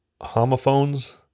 homophones